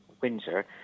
Windsor